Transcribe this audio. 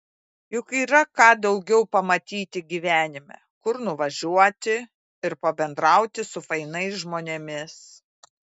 juk yra ką daugiau pamatyti gyvenime kur nuvažiuoti ir pabendrauti su fainais žmonėmis